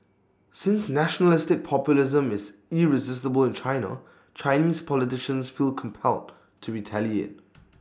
since nationalistic populism is irresistible in China Chinese politicians feel compelled to retaliate